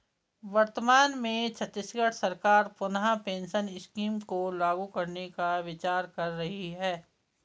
वर्तमान में छत्तीसगढ़ सरकार पुनः पेंशन स्कीम को लागू करने का विचार कर रही है